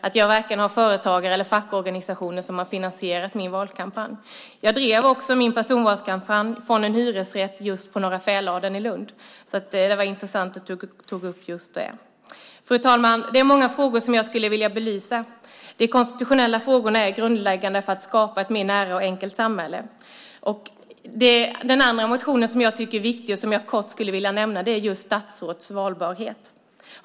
Det är varken företag eller fackorganisationer som har finansierat min valkampanj. Jag drev min personvalskampanj från en hyresrätt på just Norra Fäladen i Lund. Det var intressant att du tog upp just det. Fru talman! Det är många frågor som jag skulle vilja belysa. De konstitutionella frågorna är grundläggande för att skapa ett mer nära och enkelt samhälle. Den andra motionen som jag tycker är viktig och som jag kort vill nämna gäller just statsråds valbarhet.